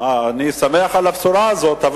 אני שמח על הבשורה הזאת.